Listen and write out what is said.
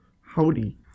Howdy